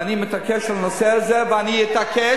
ואני מתעקש על הנושא הזה ואני אתעקש,